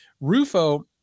Rufo